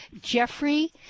Jeffrey